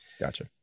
Gotcha